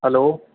hello